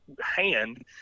hand